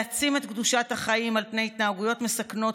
להעצים את קדושת החיים על פני התנהגויות מסכנות,